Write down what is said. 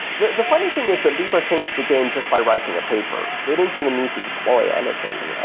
the the funny thing is that libra changed the game just by writing a paper. they didn't even need to deploy anything,